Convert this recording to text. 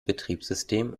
betriebssystem